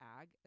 Ag